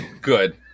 Good